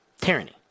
Tyranny